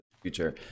future